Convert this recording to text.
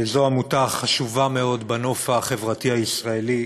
זו עמותה חשובה מאוד בנוף החברתי הישראלי,